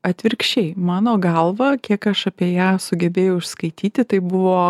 atvirkščiai mano galva kiek aš apie ją sugebėjau išskaityti tai buvo